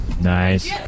Nice